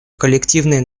коллективные